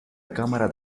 cámara